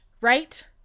right